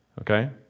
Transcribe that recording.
okay